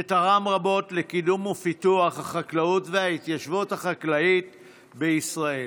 שתרם רבות לקידום ופיתוח החקלאות וההתיישבות החקלאית בישראל.